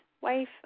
wife